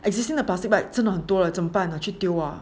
existing 的 plastic bag 真的很多啊怎么办啊拿去丢啊